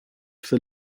for